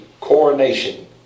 coronation